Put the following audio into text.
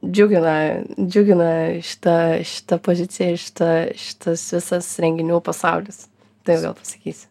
džiugina džiugina šita šita pozicija šita šitas visas renginių pasaulis taip gal pasakysiu